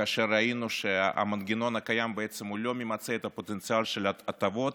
כאשר ראינו שהמנגנון הקיים בעצם לא ממצה את הפוטנציאל של ההטבות.